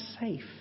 safe